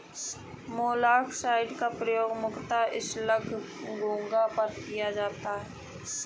मोलॉक्साइड्स का प्रयोग मुख्यतः स्लग तथा घोंघा पर किया जाता है